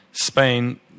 Spain